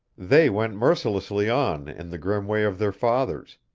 they went mercilessly on in the grim way of their fathers,